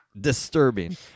disturbing